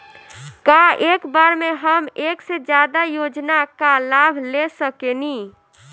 का एक बार में हम एक से ज्यादा योजना का लाभ ले सकेनी?